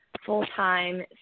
full-time